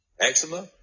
eczema